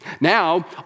Now